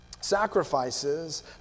Sacrifices